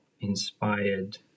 inspired